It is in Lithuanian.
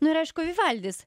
nu ir aišku vivaldis